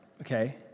okay